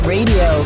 Radio